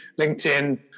LinkedIn